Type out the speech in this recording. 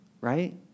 right